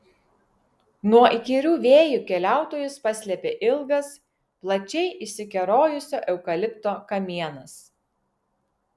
nuo įkyrių vėjų keliautojus paslėpė ilgas plačiai išsikerojusio eukalipto kamienas